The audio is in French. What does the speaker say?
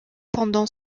pendant